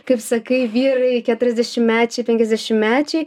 kaip sakai vyrai keturiasdešimtmečiai penkiasdešimtmečiai